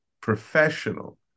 professional